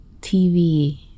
tv